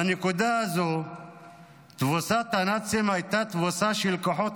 בנקודה הזאת תבוסת הנאצים הייתה תבוסה של כוחות